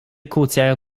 côtière